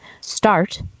Start